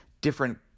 different